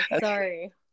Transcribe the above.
sorry